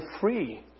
free